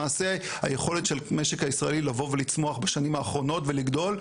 למעשה היכולת של המשק הישראלי לבוא ולצמוח בשנים האחרונות ולגדול,